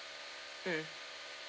mm